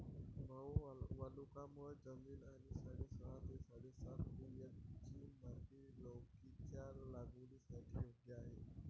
भाऊ वालुकामय जमीन आणि साडेसहा ते साडेसात पी.एच.ची माती लौकीच्या लागवडीसाठी योग्य आहे